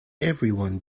everyone